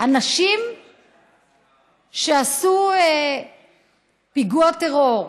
אנשים שעשו פיגוע טרור,